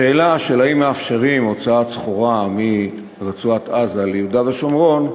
השאלה האם מאפשרים הוצאת סחורה מרצועת-עזה ליהודה ושומרון,